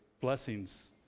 blessings